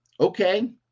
okay